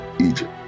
Egypt